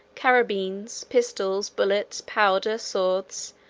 carabines, pistols, bullets, powder, swords,